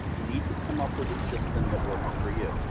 you need to come up with a system that works for you,